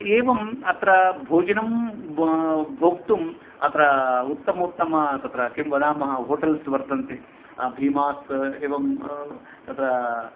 एवम् अत्र भोजनं भ भोक्तुम् अत्र उत्तमोत्तम तत्र किं वदामः होटल्स् वर्तन्ते भिमास् एवं तत्र